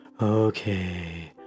Okay